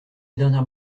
dernière